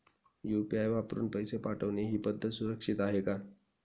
UPI वापरून पैसे पाठवणे ही पद्धत सुरक्षित आहे का?